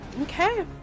Okay